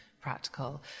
Practical